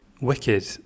wicked